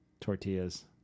Tortillas